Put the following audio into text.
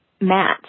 Matt